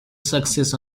success